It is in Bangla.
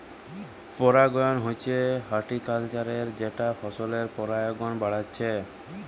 পরাগায়ন মানে হচ্ছে হর্টিকালচারে যেটা ফসলের পরাগায়ন বাড়াচ্ছে